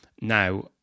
Now